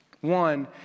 One